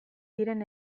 diren